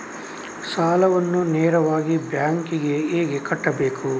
ಸಾಲವನ್ನು ನೇರವಾಗಿ ಬ್ಯಾಂಕ್ ಗೆ ಹೇಗೆ ಕಟ್ಟಬೇಕು?